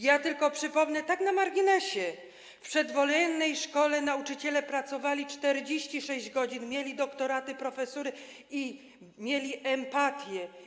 Ja tylko przypomnę, tak na marginesie, że w przedwojennej szkole nauczyciele pracowali 46 godzin, mieli doktoraty, profesury i mieli empatię.